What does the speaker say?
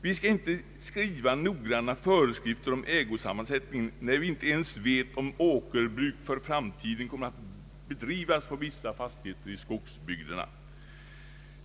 Vi ska inte skriva noggranna föreskrifter om ägosammansättningen, när vi inte ens vet om åkerbruk för framtiden kommer att bedrivas på vissa fastigheter i skogsbygderna.